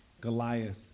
Goliath